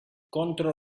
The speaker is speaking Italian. contro